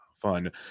fun